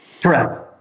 Correct